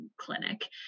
clinic